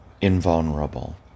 invulnerable